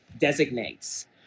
designates